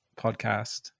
podcast